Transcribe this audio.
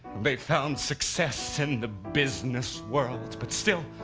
they found success in the business world. but still,